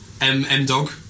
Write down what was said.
M-M-Dog